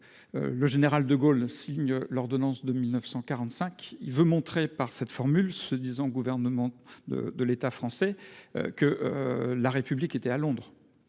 Le général de Gaulle signe l'ordonnance de 1945. Il veut montrer par cette formule, se disant gouvernement de de l'État français. Que. La République était à Londres.